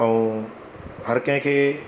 ऐं हर कंहिंखे